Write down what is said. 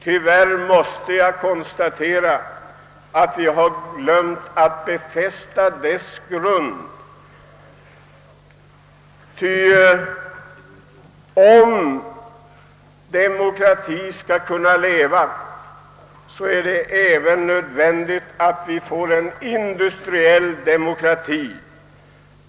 Tyvärr måste jag konstatera att vi har glömt att befästa dess grunder, ty om demokrati skall kunna leva är det även nödvändigt, att vi får en industriell demokrati.